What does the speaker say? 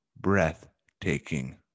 breathtaking